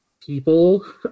people